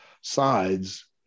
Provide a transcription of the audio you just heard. sides